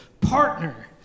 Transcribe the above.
partner